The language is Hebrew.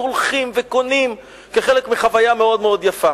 הולכים וקונים כחלק מחוויה מאוד יפה.